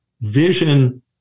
vision